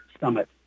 Summit